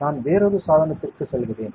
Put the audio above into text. நான் வேறொரு சாதனத்திற்குச் செல்கிறேன்